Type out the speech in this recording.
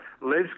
liz